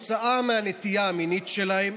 כתוצאה מהנטייה המינית שלהם